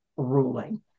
ruling